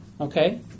okay